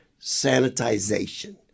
sanitization